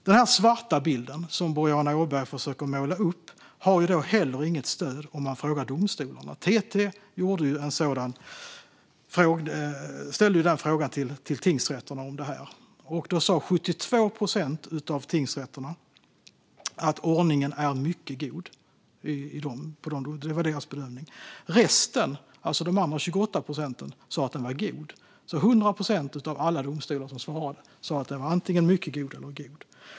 Den svarta bild som Boriana Åberg försöker måla upp har inte heller något stöd om man frågar domstolarna. TT ställde den frågan till tingsrätterna. Då sa 72 procent av tingsrätterna att ordningen är mycket god. Det var deras bedömning. Resten, alltså 28 procent, sa att ordningen var god. 100 procent av alla domstolar som svarade sa att ordningen antingen är mycket god eller god.